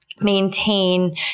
maintain